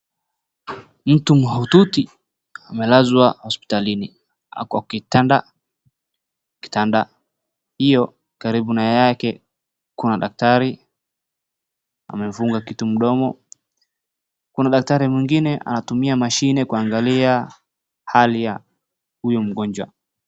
Mtu mahututi amelazwa hospitalini. Ako kitanda, kitanda hiyo karibu na yake kuna daktari amefunga kitu mdomo. Kuna daktari mwingine anatumia mashine kaungalia hali ya huyo mgonjwa.